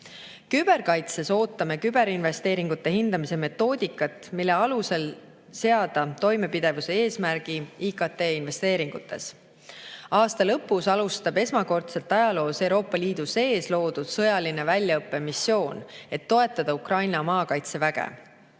Küberkaitses ootame küberinvesteeringute hindamise metoodikat, mille alusel saaks seada toimepidevuse eesmärgi IKT investeeringutes. Aasta lõpus alustab esmakordselt ajaloos Euroopa Liidu sees loodud sõjaline väljaõppemissioon, et toetada Ukraina kaitseväge. Iga